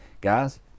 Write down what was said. Guys